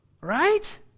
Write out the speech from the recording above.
right